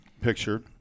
picture